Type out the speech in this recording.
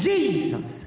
Jesus